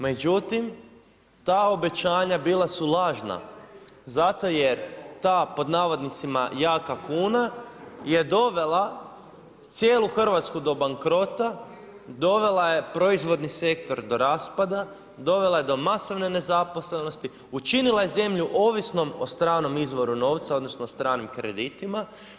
Međutim ta obećanja bila su lažna zato jer ta „jaka kuna“ je dovela cijelu Hrvatsku do bankrota, dovela je proizvodni sektor do raspada, dovela je do masovne nezaposlenosti, učinila je zemlju ovisnom o stranom izvoru novca odnosno o stranim kreditima.